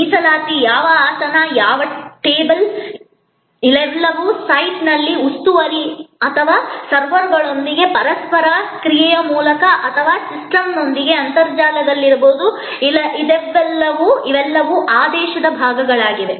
ಮೀಸಲಾತಿ ಯಾವ ಆಸನ ಯಾವ ಟೇಬಲ್ ಇವೆಲ್ಲವೂ ಸೈಟ್ನಲ್ಲಿ ಉಸ್ತುವಾರಿ ಅಥವಾ ಸರ್ವರ್ಗಳೊಂದಿಗಿನ ಪರಸ್ಪರ ಕ್ರಿಯೆಯ ಮೂಲಕ ಅಥವಾ ಸಿಸ್ಟಮ್ನೊಂದಿಗೆ ಅಂತರ್ಜಾಲದಲ್ಲಿರಬಹುದು ಇವೆಲ್ಲವೂ ಆದೇಶದ ಭಾಗಗಳಾಗಿವೆ